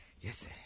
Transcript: Yes